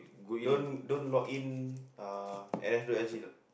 don't don't log in uh N_S S_G you know